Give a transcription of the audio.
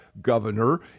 governor